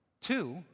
Two